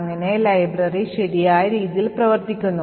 അങ്ങനെ ലൈബ്രറി ശരിയായ രീതിയൽ പ്രവർത്തിക്കുന്നു